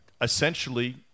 essentially